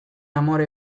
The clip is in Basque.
amore